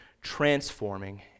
transforming